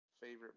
favorite